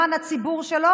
למען הציבור שלו,